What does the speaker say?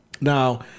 Now